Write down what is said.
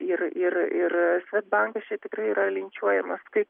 ir ir ir svedbankas čia tikrai yra linčiuojamas kaip